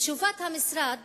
מתשובת המשרד